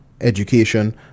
education